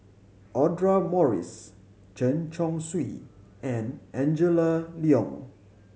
Audra Morrice Chen Chong Swee and Angela Liong